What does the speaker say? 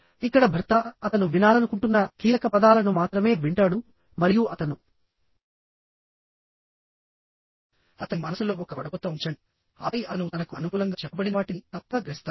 ఇక్కడ భర్త అతను వినాలనుకుంటున్న కీలక పదాలను మాత్రమే వింటాడు మరియు అతనుఅతని మనస్సులో ఒక వడపోత ఉంచండి ఆపై అతను తనకు అనుకూలంగా చెప్పబడిన వాటిని తప్పుగా గ్రహిస్తాడు